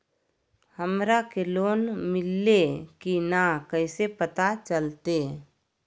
हमरा के लोन मिल्ले की न कैसे पता चलते?